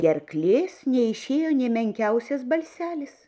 gerklės neišėjo nė menkiausias balselis